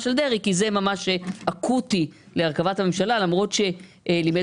של דרעי כי זה ממש אקוטי להרכבת הממשלה למרות שלימד